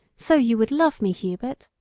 so you would love me, hubert.